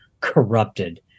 corrupted